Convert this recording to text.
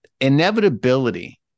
inevitability